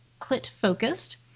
clit-focused